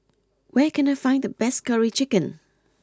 where can I find the best Curry Chicken